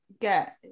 get